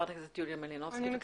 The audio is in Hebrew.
חברת הכנסת יוליה מלינובסקי, בבקשה.